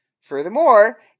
Furthermore